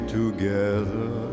together